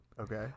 okay